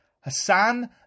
Hassan